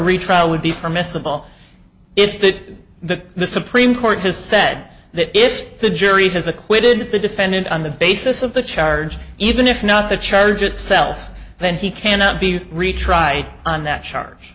retrial would be permissible if the the the supreme court has said that if the jury has acquitted the defendant on the basis of the charge even if not the charge itself then he cannot be retried on that char